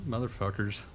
Motherfuckers